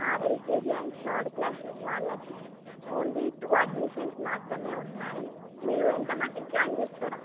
ఆ LKG and third class వాళ్ళకి only two admissions మాత్రమే ఉన్నాయి మీరు ఎంతమందిని జాయిన్ చేస్తారు